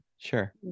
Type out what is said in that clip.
Sure